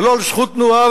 ולא על זכות תנועה,